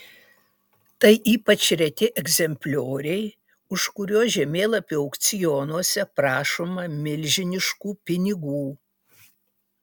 tai ypač reti egzemplioriai už kuriuos žemėlapių aukcionuose prašoma milžiniškų pinigų